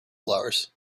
flowers